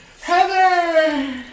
Heather